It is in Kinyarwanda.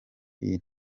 iyi